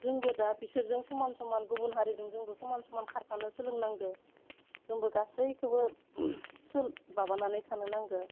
जोंबो दा बिसोरजों समान समान गुबुन हारिजों जोंबो समान समान खारफानो सोलोंनांगौ जोंबो गासैखौबो माबानानै थानो नांगौ